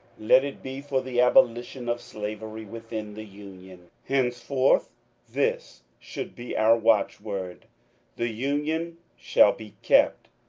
let it be for the abolition of slavery within the union. hence forth this should be our watchword the union shall be kept,